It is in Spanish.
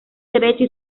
derecho